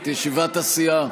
את ישיבת הסיעה.